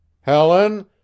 helen